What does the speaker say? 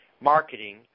marketing